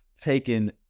taken